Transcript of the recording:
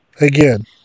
Again